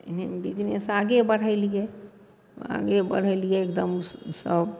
business आगे बढ़ेलिए आगे बढ़ेलिए एगदम सब